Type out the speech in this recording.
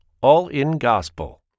all-in-gospel